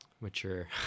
mature